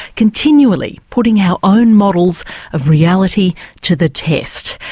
continually putting our own models of reality to the test.